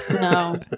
No